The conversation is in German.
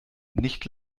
nicht